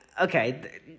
Okay